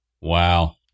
Wow